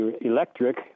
electric